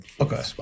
Okay